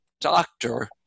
doctor